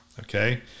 okay